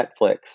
Netflix